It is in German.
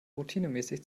routinemäßig